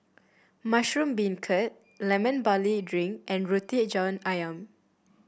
Mushroom Beancurd Lemon Barley Drink and Roti John ayam